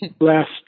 last